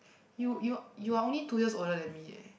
you you you are only two years older than me leh